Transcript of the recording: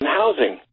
housing